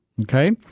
Okay